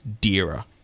dearer